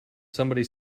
somebody